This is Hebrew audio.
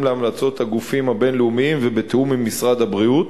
להמלצות הגופים הבין-לאומיים ובתיאום עם משרד הבריאות,